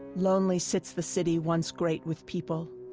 lonely sits the city once great with people!